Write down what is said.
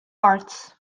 arts